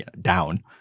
down